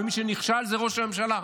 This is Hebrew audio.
ומי שנכשל זה ראש הממשלה.